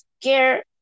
scare